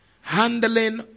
handling